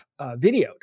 videoed